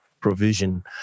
provision